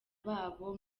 babo